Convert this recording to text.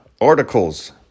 articles